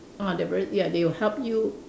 ah they very ya they will help you